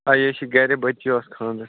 آ یہِ حظ چھِ گَرِ بٔچی اوس خانٛدَر